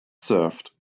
served